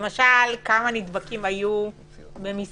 משל, כמה נדבקים היו במסעדות,